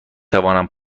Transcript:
توانم